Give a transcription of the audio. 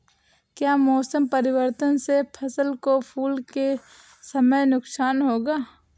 क्या मौसम परिवर्तन से फसल को फूल के समय नुकसान होगा?